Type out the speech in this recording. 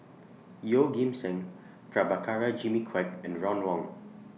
Yeoh Ghim Seng Prabhakara Jimmy Quek and Ron Wong